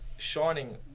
shining